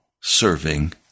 serving